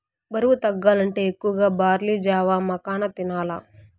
బరువు తగ్గాలంటే ఎక్కువగా బార్లీ జావ, మకాన తినాల్ల